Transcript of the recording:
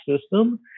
system